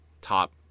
top